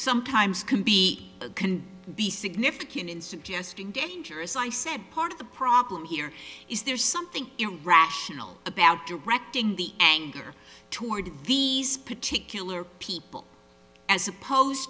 sometimes can be can be significant in suggesting dangerous i said part of the problem here is there's something irrational about directing the anger toward these particular people as opposed